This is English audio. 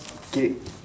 K